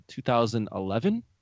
2011